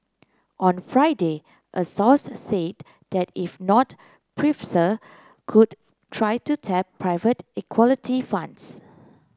on Friday a source said that if not could try to tap private equality funds